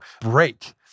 break